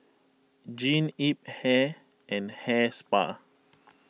Jean Yip Hair and Hair Spa